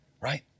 Right